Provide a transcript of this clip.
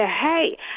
hey